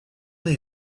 they